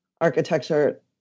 architecture